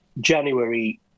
january